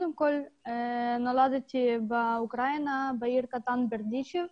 נולדתי באוקראינה בעיר קטנה ברדישב.